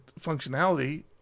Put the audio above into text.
functionality